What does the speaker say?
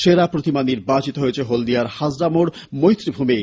সেরা প্রতিমা নির্বাচিত হয়েছে হলদিয়ার হাজরা মোড় মৈত্রী ভূমি